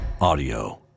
audio